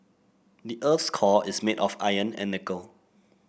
the earth's core is made of iron and nickel